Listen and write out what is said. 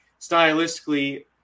Stylistically